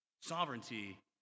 Sovereignty